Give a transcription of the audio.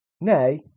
Nay